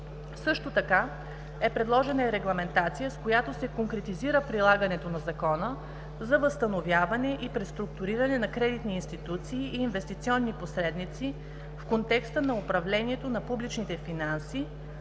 Също така е предложена и регламентация, с която се конкретизира прилагането на Закона за възстановяване и преструктуриране на кредитни институции и инвестиционни посредници в контекста на управлението на публичните финанси,